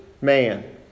man